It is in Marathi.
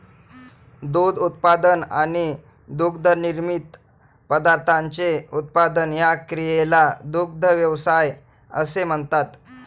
दूध उत्पादन आणि दुग्धनिर्मित पदार्थांचे उत्पादन या क्रियेला दुग्ध व्यवसाय असे म्हणतात